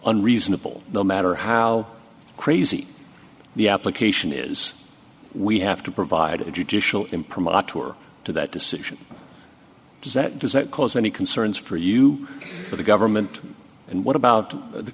unreasonable no matter how crazy the application is we have to provide a judicial imprimatur to that decision does that does that cause any concerns for you for the government and what about the